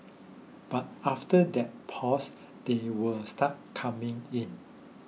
but after that pause they will start coming in